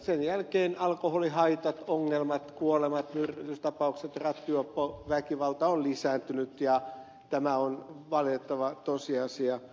sen jälkeen alkoholihaitat ongelmat kuolemat myrkytystapaukset rattijuoppous ja väkivalta ovat lisääntyneet ja tämä on valitettava tosiasia